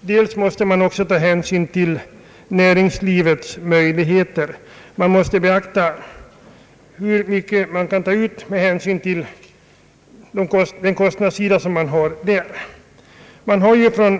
dels måste också hänsyn tas till näringslivets möjligheter att bära kostnaderna.